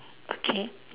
okay